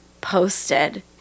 posted